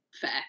Fair